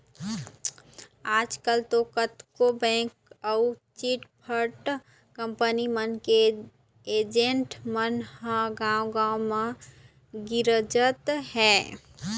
आजकल तो कतको बेंक अउ चिटफंड कंपनी मन के एजेंट मन ह गाँव गाँव म गिंजरत हें